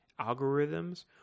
algorithms